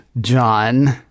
John